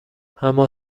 اما